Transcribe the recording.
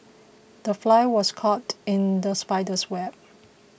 the fly was caught in the spider's web